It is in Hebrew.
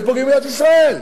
הם פוגעים במדינת ישראל.